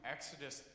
Exodus